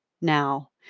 now